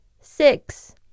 Six